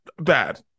bad